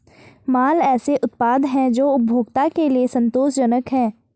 माल ऐसे उत्पाद हैं जो उपभोक्ता के लिए संतोषजनक हैं